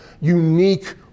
unique